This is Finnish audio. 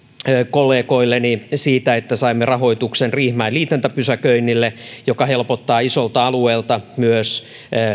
kollegoilleni siitä että saimme rahoituksen riihimäen liityntäpysäköinnille joka helpottaa isolta alueelta myös